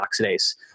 oxidase